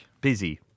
Busy